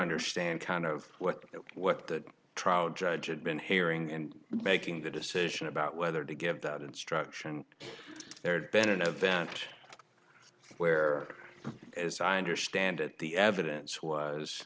understand kind of what what the trial judge had been hearing and making the decision about whether to give that instruction there'd been an event where as i understand it the evidence was